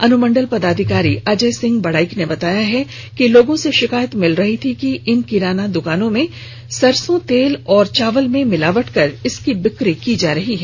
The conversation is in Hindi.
अनुमंडल पदाधिकारी अजय सिंह बड़ाइक ने बताया कि लोगों से शिकायत मिल रही थी कि इस किराना द्कानों में सरसो तेल और चावल में मिलावट कर उसकी बिक्री की जा रही है